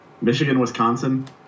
Michigan-Wisconsin